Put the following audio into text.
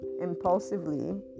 impulsively